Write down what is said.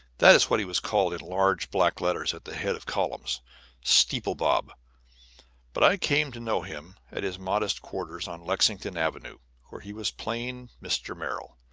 that is what he was called in large black letters at the head of columns steeple bob but i came to know him at his modest quarters on lexington avenue, where he was plain mr. merrill,